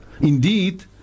Indeed